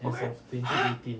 what !huh!